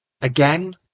again